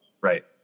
Right